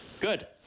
Good